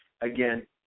again